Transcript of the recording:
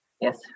Yes